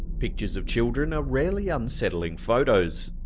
pictures of children are rarely unsettling photos.